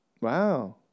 Wow